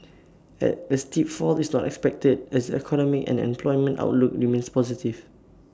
at A steep fall is not expected as the economic and employment outlook remains positive